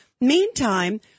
Meantime